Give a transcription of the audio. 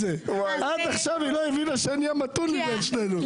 עד עכשיו היא לא הבינה שאני המתון מבין שנינו.